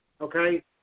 okay